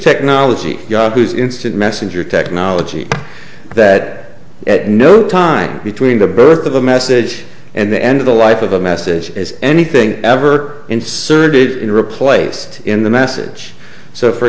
technology yahoo's instant messenger technology that at no time between the birth of the message and the end of the life of a message is anything ever inserted in replaced in the message so for